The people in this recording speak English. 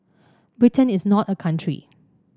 Britain is not a country